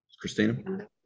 Christina